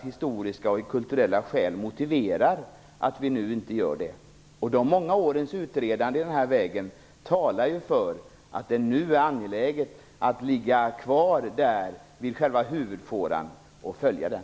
Historiska och kulturella skäl motiverar att vi inte gör det nu. Många års utredande talar för att det nu är angeläget att ligga kvar i själva huvudfåran och att följa den.